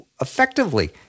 effectively